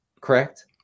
correct